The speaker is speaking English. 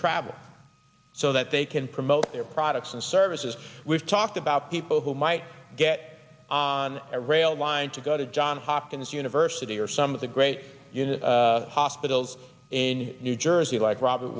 travel so that they can promote their products and services we've talked about people who might get on a rail line to go to john hopkins university or some of the great hospitals in new jersey like robert